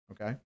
okay